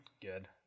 Good